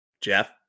jeff